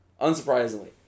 Unsurprisingly